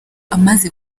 amaze